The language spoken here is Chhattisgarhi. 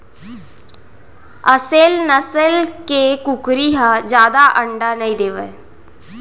असेल नसल के कुकरी ह जादा अंडा नइ देवय